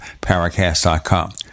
Paracast.com